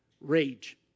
rage